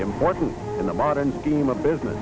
important in the modern scheme of business